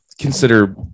consider